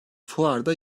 fuarda